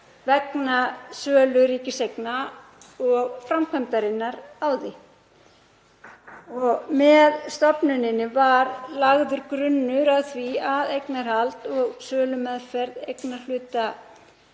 vegna sölu ríkiseigna og framkvæmdarinnar á því. Með stofnuninni var lagður grunnur að því að eignarhald og sölumeðferð eignarhluta